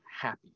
happy